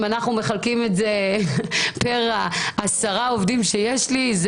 אם אנחנו מחלקים את זה לעשרת העובדים שיש לי,